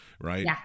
Right